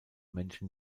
menschen